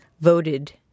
Voted